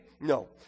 No